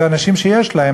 ואנשים שיש להם,